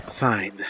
Fine